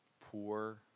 poor